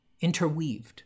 interweaved